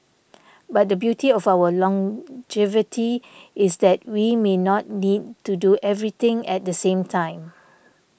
but the beauty of our longevity is that we may not need to do everything at the same time